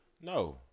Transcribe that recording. No